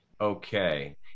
Okay